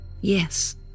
Yes